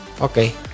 Okay